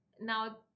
now